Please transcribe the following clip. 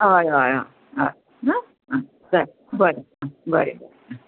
हय हय हय हय आं आं आं चल बरें आं बरें बरें आं